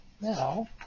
Now